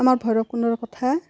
আমাৰ ভৈৰৱকুণ্ডৰ কথা